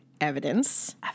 Evidence